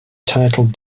titled